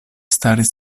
staris